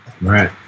Right